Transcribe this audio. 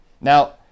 Now